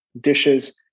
dishes